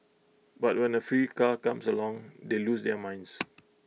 but when A free car comes along they lose their minds